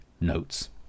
notes